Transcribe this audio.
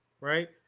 right